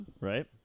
right